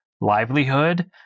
livelihood